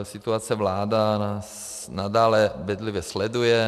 Situaci vláda nadále bedlivě sleduje.